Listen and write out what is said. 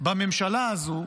בממשלה הזו,